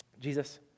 Jesus